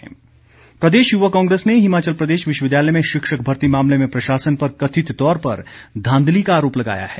युवा कांग्रेस प्रदेश युवा कांग्रेस ने हिमाचल प्रदेश विश्वविद्यालय में शिक्षक भर्ती मामले में प्रशासन पर कथित तौर पर धांधली का आरोप लगाया है